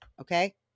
Okay